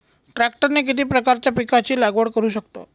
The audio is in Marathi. ट्रॅक्टरने किती प्रकारच्या पिकाची लागवड करु शकतो?